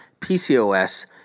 PCOS